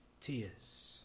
tears